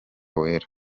wera